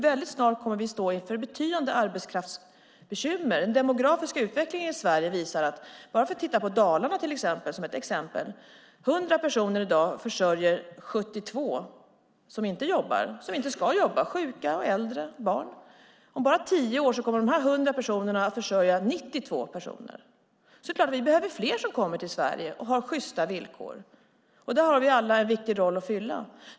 Väldigt snart kommer vi att stå inför betydande arbetskraftsbekymmer; det visar den demografiska utvecklingen. Vi kan titta på Dalarna som exempel: I dag försörjer 100 personer 72 som inte jobbar och inte heller ska jobba - sjuka, äldre och barn. Om bara tio år kommer dessa 100 personer att försörja 92 personer. Det är alltså klart att vi behöver fler som kommer till Sverige och har sjysta villkor. Där har vi alla en viktig roll att fylla.